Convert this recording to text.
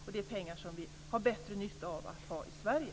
Dessa pengar har vi bättre nytta av att behålla i Sverige.